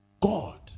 God